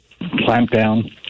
clampdown